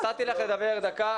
נתתי לך לדבר דקה,